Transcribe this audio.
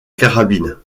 carabine